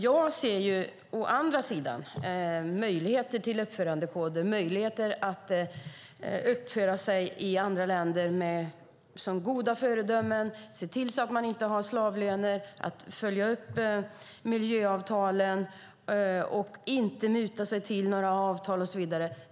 Jag ser å andra sidan möjligheter till uppförandekoder, möjligheter att uppföra sig i andra länder som goda föredömen, att se till att man inte har slavlöner, att följa upp miljöavtalen och att man inte mutar sig till några avtal och så vidare.